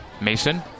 Mason